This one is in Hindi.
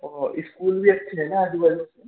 और इस्कूल भी अच्छे है ना आजु बाजु के